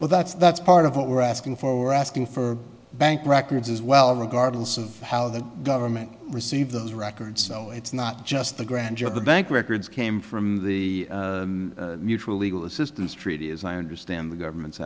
well that's that's part of what we're asking for were asking for bank records as well regardless of how the government received those records so it's not just the grand job the bank records came from the mutual legal assistance treaty as i understand the government's